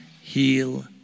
heal